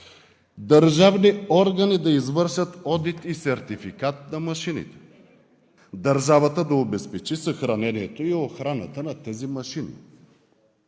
държавни органи да извършат одит и сертификат на машините, държавата да обезпечи съхранението и охраната на тези машини.